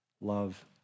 love